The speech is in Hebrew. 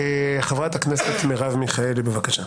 חברת הכנסת מרב מיכאלי, בבקשה.